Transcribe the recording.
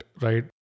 right